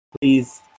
please